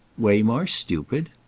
waymarsh stupid?